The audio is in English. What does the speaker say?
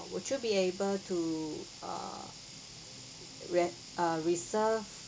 would you be able to uh re~ uh reserve